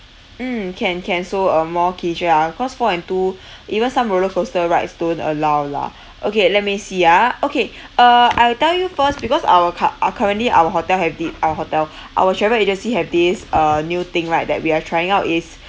mm can can so uh more casual ah cause four and two even some roller coaster rides don't allow lah okay let me see ah okay uh I will tell you first because our cu~ uh currently our hotel have the our hotel our travel agency have this uh new thing right that we are trying out is